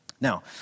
Now